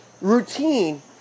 routine